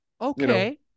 okay